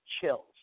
chills